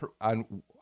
on